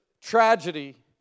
tragedy